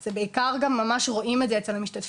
זה בעיקר גם ממש רואים את זה אצל המשתתפים.